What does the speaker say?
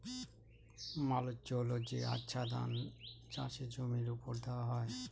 mulch হল যে আচ্ছাদন চাষের জমির ওপর দেওয়া হয়